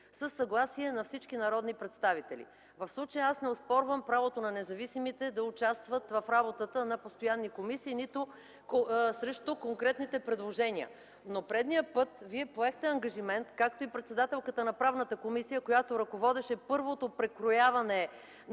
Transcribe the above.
със съгласие на всички народни представители. В случая аз не оспорвам правото на независимите да участват в работата на постоянните комисии, нито съм срещу конкретните предложения. Но предния път вие поехте ангажимент, както и председателката на Правната комисия, която ръководеше първото прекрояване на